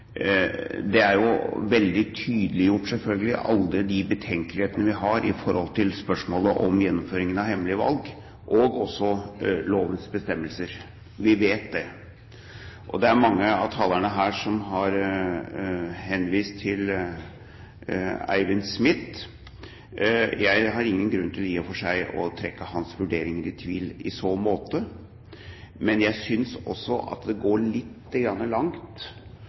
De er jo veldig tydeliggjort, selvfølgelig, alle de betenkelighetene vi har i forhold til spørsmålet om gjennomføringen av hemmelige valg, og også lovens bestemmelser. Vi vet det. Det er mange av talerne her som har henvist til Eivind Smith. Jeg har i og for seg ingen grunn til å trekke hans vurderinger i tvil i så måte, men jeg synes også at det går litt langt